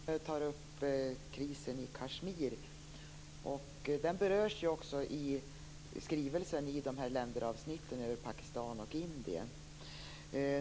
Fru talman! Marianne Samuelsson tar upp krisen i Kashmir. Den berörs också i skrivelsen i länderavsnitten över Pakistan och Indien.